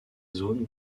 zones